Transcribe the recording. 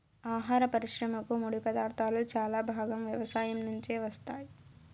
ఆహార పరిశ్రమకు ముడిపదార్థాలు చాలా భాగం వ్యవసాయం నుంచే వస్తాయి